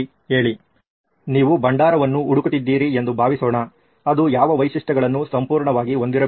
ಹೇಳಿ ನೀವು ಭಂಡಾರವನ್ನು ಹುಡುಕುತ್ತಿದ್ದೀರಿ ಎಂದು ಭಾವಿಸೋಣ ಅದು ಯಾವ ವೈಶಿಷ್ಟ್ಯಗಳನ್ನು ಸಂಪೂರ್ಣವಾಗಿ ಹೊಂದಿರಬೇಕು